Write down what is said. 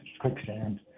quicksand